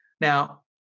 Now